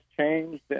changed